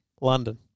London